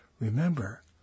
remember